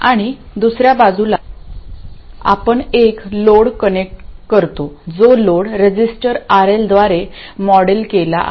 आणि दुसऱ्या बाजूला आपण एक लोड कनेक्ट करतो जो लोड रेझिस्टर RL द्वारे मॉडेल केला आहे